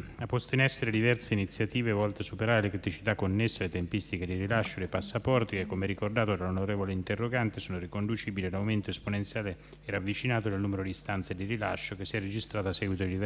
dell'interno ha posto in essere diverse iniziative volte a superare le criticità connesse alle tempistiche di rilascio dei passaporti che, come ricordato dall'onorevole interrogante, sono riconducibili a un aumento esponenziale e ravvicinato del numero di istanze di rilascio che si è registrato a seguito di diversi